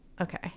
Okay